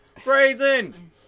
phrasing